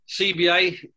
CBA